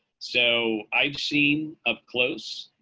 so i've seen up close,